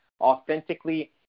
authentically